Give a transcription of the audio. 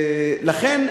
לכן,